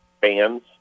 fans